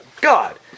God